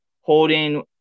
holding